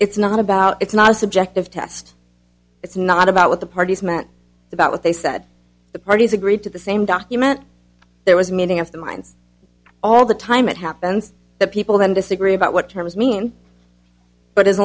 it's not about it's not a subjective test it's not about what the parties meant about what they said the parties agreed to the same document there was a meeting of the minds all the time it happens that people then disagree about what terms mean but as